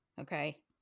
okay